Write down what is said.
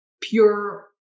pure